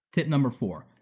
tip number four,